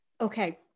okay